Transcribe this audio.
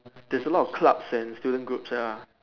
that's a lot of clubs and student group lah